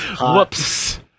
Whoops